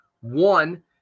One